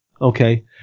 okay